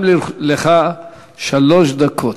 גם לך שלוש דקות,